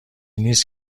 نیست